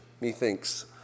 Methinks